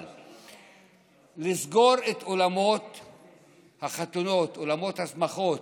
אבל לסגור את אולמות החתונות, אולמות השמחה,